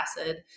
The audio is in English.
acid